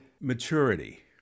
Maturity